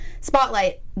Spotlight